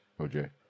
OJ